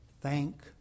Thank